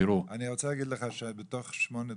תראו --- אני רוצה להגיד לך שבתוך שמונה דקות,